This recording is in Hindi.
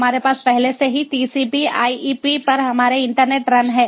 हमारे पास पहले से ही टीसीपी आईपी पर हमारे इंटरनेट रन हैं